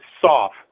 soft